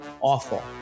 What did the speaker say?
awful